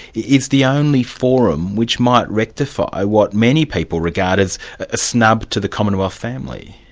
is the only forum which might rectify what many people regard as a snub to the commonwealth family.